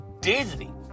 Disney